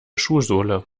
schuhsohle